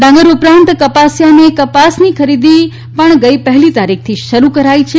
ડાંગર ઉપરાંત કપાસિયા અને કપાસની ખરીદી પણ ગઇ પહેલી તારીખથી શરૂ કરાઇ છે